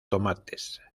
tomates